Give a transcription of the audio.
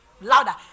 louder